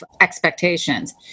expectations